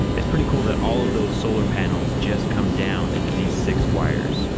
it's pretty cool that all of those solar panels just come down into these six wires.